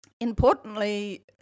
importantly